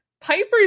Piper